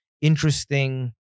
interesting